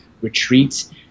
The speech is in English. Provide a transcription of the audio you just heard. retreats